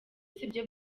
sibyo